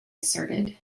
asserted